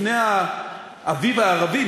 לפני האביב הערבי,